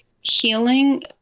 healing